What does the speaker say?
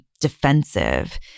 defensive